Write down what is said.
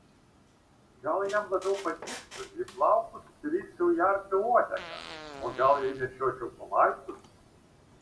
gal jam labiau patiktų jei plaukus susiriščiau į arklio uodegą o gal jei nešiočiau palaidus